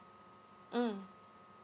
mm